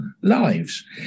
lives